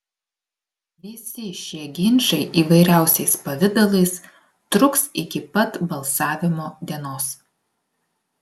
visi šie ginčai įvairiausiais pavidalais truks iki pat balsavimo dienos